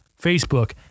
facebook